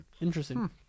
interesting